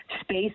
space